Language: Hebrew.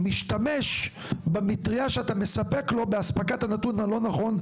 משתמש במטרייה שאתה מספק לו באספקת הנתון הלא נכון,